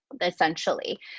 essentially